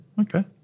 Okay